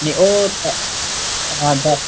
नेईं ओह् ते औंदा